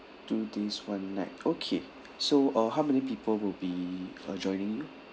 two days one night okay so uh how many people will be uh joining you